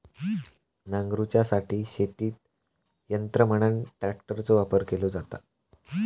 नांगरूच्यासाठी शेतीत यंत्र म्हणान ट्रॅक्टरचो वापर केलो जाता